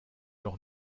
noch